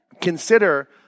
consider